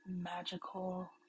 magical